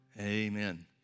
amen